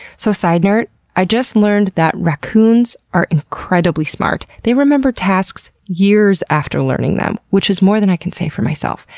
so side note i just learned that racoons are incredibly smart. they remember tasks years after learning them, which is more than i can say for myself.